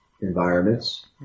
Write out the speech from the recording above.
environments